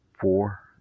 Four